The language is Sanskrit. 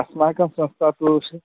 अस्माकं संस्था तु श्